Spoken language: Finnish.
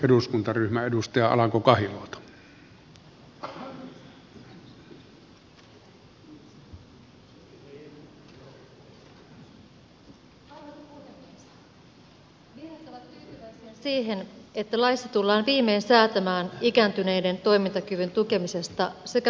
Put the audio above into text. vihreät ovat tyytyväisiä siihen että laissa tullaan viimein säätämään ikääntyneiden toimintakyvyn tukemisesta sekä palveluista